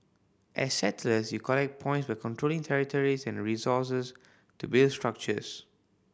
as settlers you collect points by controlling territories and resources to build structures